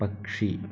പക്ഷി